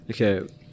Okay